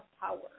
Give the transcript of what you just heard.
Power